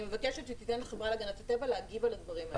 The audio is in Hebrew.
אני מבקשת שתיתן לחברה להגנת הטבע להגיב על הדברים האלה.